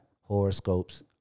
Horoscopes